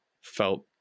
felt